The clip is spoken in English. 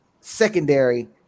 secondary